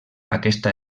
aquesta